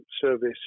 service